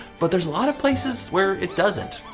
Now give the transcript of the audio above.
but there's a lot of places where it doesn't.